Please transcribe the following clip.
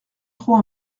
trop